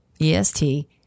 EST